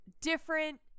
different